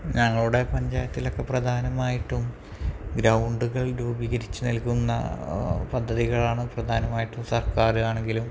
ഞങ്ങളുടെ പഞ്ചായത്തിലൊക്കെ പ്രധാനമായിട്ടും ഗ്രൗണ്ടുകൾ രൂപികരിച്ചു നൽകുന്ന പദ്ധതികളാണ് പ്രധാനമായിട്ടും സർക്കാർ ആണെങ്കിലും